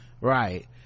right